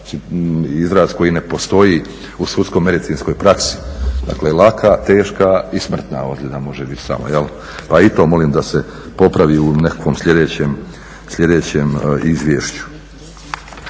izraz koji ne postoji u sudsko-medicinskoj praksi. Dakle laka, teška i smrtna ozljeda može biti samo pa i to molim da se popravi u nekakvom sljedećem izvješću.